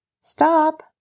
stop